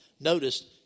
Notice